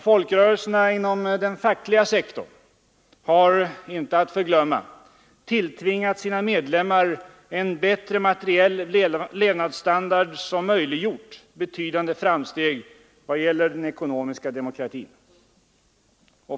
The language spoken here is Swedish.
Folkrörelserna inom den fackliga sektorn, inte att förglömma, har tilltvingat sina medlem mar en bättre materiell standard, som möjliggjort betydande framsteg i vad det gäller den ekonomiska demokratin.